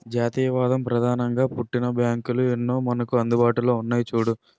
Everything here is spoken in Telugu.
జాతీయవాదం ప్రధానంగా పుట్టిన బ్యాంకులు ఎన్నో మనకు అందుబాటులో ఉన్నాయి చూడు